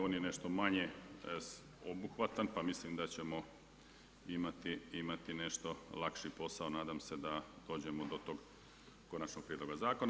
On je nešto manje obuhvatan, pa mislim da ćemo imati nešto lakši posao, nadam se da kad dođemo do tog konačnog prijedloga zakona.